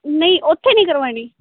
ਨਹੀਂ ਉੱਥੇ ਨਹੀਂ ਕਰਵਾਉਣੀ